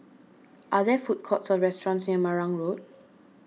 are there food courts or restaurants near Marang Road